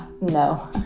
no